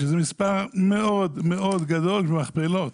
שזה מספר מאוד מאוד גדול במכפלות,